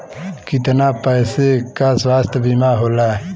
कितना पैसे का स्वास्थ्य बीमा होला?